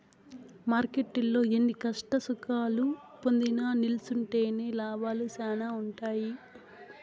మార్కెట్టులో ఎన్ని కష్టసుఖాలు పొందినా నిల్సుంటేనే లాభాలు శానా ఉంటాయి